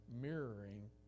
mirroring